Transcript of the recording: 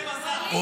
מה קורה עם השר?